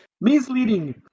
Misleading